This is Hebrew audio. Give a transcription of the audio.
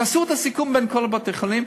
תעשו את הסיכום מכל בתי-החולים.